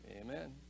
Amen